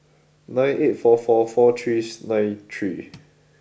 nine eight four four four three nine three